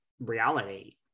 reality